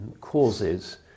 causes